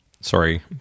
Sorry